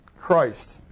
Christ